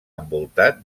envoltat